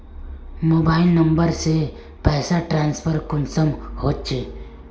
Mobile number से पैसा transfer कुंसम होचे?